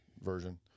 Version